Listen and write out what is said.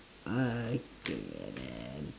uh okay then